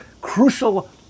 crucial